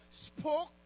spoke